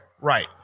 Right